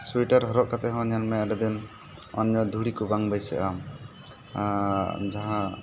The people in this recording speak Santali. ᱥᱩᱭᱮᱴᱟᱨ ᱦᱚᱨᱚᱜᱟ ᱠᱟᱛᱮ ᱦᱚᱸ ᱧᱮᱞᱢᱮ ᱟᱹᱰᱤᱫᱤᱱ ᱚᱸᱡᱨᱟ ᱫᱷᱩᱲᱤ ᱠᱚ ᱵᱟᱝ ᱵᱟᱹᱭᱥᱟᱹᱜᱼᱟ ᱟᱨ ᱡᱟᱦᱟᱸ